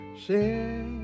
Share